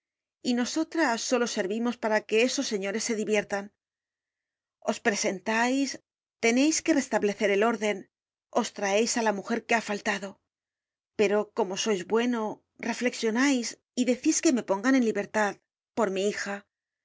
y nosotras solo servimos para que esos señores se diviertan os presentais teneis que restablecer el orden os traeis á la mujer que ha faltado pero como sois bueno reflexionais y decís que me pongan en libertad por mi hija